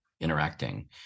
interacting